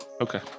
Okay